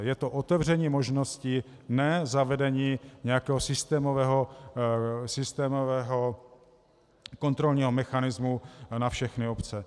Je to otevření možnosti, ne zavedení nějakého systémového kontrolního mechanismu na všechny obce.